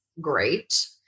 great